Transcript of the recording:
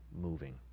moving